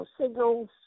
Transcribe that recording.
signals